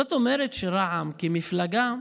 זאת אומרת שרע"מ כמפלגה,